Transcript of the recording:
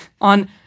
on